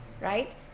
Right